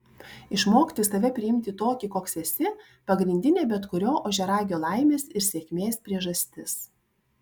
išmokti save priimti tokį koks esi pagrindinė bet kurio ožiaragio laimės ir sėkmės priežastis